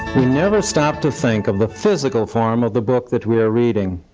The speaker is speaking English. we never stop to think of the physical form of the book that we are reading.